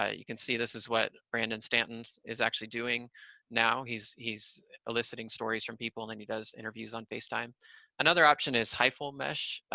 ah you can see this is what brandon stanton is actually doing now. he's he's eliciting stories from people, and then he does interviews on facetime. another option is hyphal mesh.